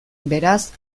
beraz